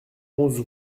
onze